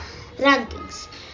rankings